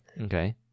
Okay